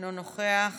אינו נוכח,